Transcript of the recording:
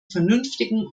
vernünftigen